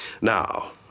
Now